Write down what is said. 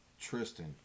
Tristan